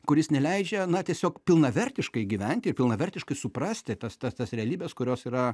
kuris neleidžia na tiesiog pilnavertiškai gyventi ir pilnavertiškai suprasti tas tas tas realybes kurios yra